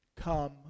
come